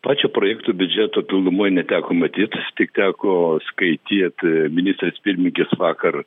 pačio projekto biudžeto pilnumoj neteko matyt tik teko skaityt ministrės pirmininkės vakar